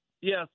Yes